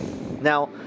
Now